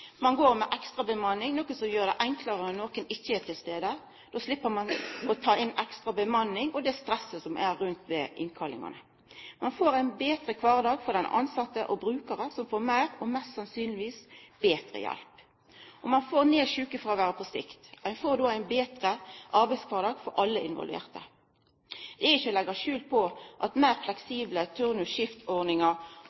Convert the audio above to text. går med ekstrabemanning, noko som gjer det enklare når nokon ikkje er til stades. Då slepp ein å ta inn ekstra bemanning og det stresset som er rundt innkallingane. Ein får ein betre kvardag for den tilsette, og brukarane får meir og mest sannsynleg betre hjelp, og ein får ned sjukefråværet på sikt. Ein får då ein betre arbeidskvardag for alle involverte. Det er ikkje til å leggja skjul på at meir